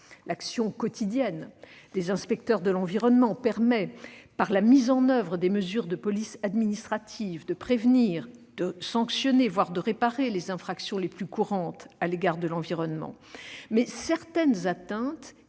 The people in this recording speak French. L'action quotidienne des inspecteurs de l'environnement permet, par la mise en oeuvre des mesures de police administrative, de prévenir, de sanctionner, voire de réparer les infractions les plus courantes à l'égard de l'environnement. Mais certaines atteintes